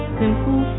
simple